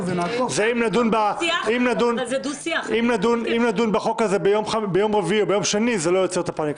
ונעקוב -- אם נדון בחוק הזה ביום רביעי או ביום שני זה לא יוצר את הפניקה.